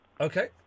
Okay